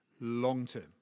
long-term